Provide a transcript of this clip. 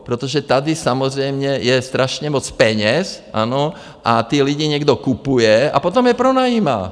Protože tady samozřejmě je strašně moc peněz, ano, a ty lidi někdo kupuje a potom je pronajímá.